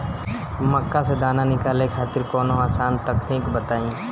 मक्का से दाना निकाले खातिर कवनो आसान तकनीक बताईं?